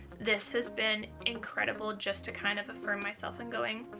this has been incredible just to kind of affirm myself and going,